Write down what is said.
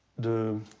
the